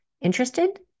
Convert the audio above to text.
Interested